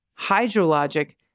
hydrologic